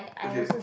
okay